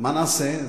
מה נעשה?